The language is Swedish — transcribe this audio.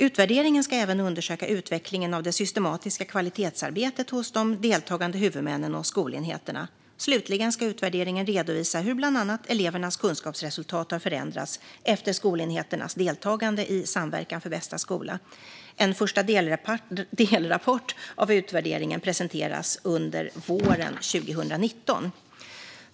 Utvärderingen ska även undersöka utvecklingen av det systematiska kvalitetsarbetet hos de deltagande huvudmännen och skolenheterna. Slutligen ska utvärderingen redovisa hur bland annat elevernas kunskapsresultat har förändrats efter skolenheternas deltagande i Samverkan för bästa skola. En första delrapport av utvärderingen presenteras under våren 2019.